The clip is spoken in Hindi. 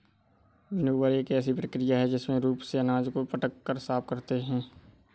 विनोवर एक ऐसी प्रक्रिया है जिसमें रूप से अनाज को पटक कर साफ करते हैं